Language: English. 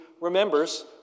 remembers